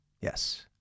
Yes